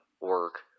work